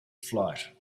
flight